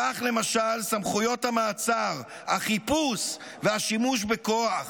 כך למשל סמכויות המעצר, החיפוש והשימוש בכוח